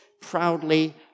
proudly